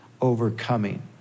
overcoming